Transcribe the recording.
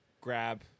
grab